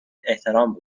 احترام